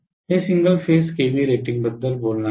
हे single phase KVA रेटिंगबद्दल बोलणार नाही